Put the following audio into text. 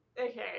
Okay